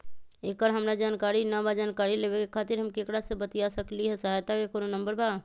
एकर हमरा जानकारी न बा जानकारी लेवे के खातिर हम केकरा से बातिया सकली ह सहायता के कोनो नंबर बा?